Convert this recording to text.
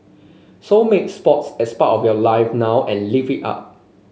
so make sports as part of your life now and live it up